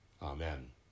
Amen